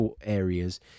areas